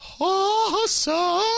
awesome